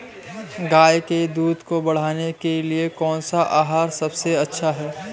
गाय के दूध को बढ़ाने के लिए कौनसा आहार सबसे अच्छा है?